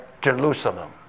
Jerusalem